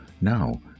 Now